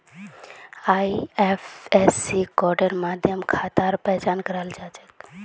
IFSC कोडेर माध्यम खातार पहचान कराल जा छेक